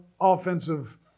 offensive